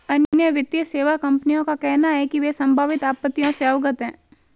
अन्य वित्तीय सेवा कंपनियों का कहना है कि वे संभावित आपत्तियों से अवगत हैं